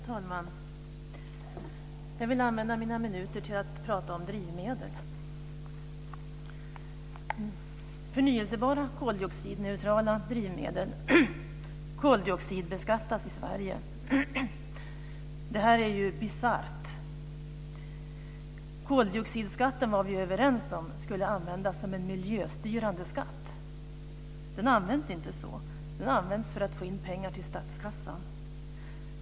Herr talman! Jag vill använda mina minuter till att prata om drivmedel. Förnyelsebara koldioxidneutrala drivmedel koldioxidbeskattas i Sverige. Det här är ju bisarrt. Vi var överens om att koldioxidskatten skulle användas som en miljöstyrande skatt. Den används inte så. Den används för att få in pengar till statskassan.